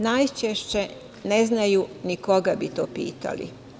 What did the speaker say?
Najčešće ne znaju ni koga bi to pitali.